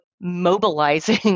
mobilizing